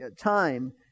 time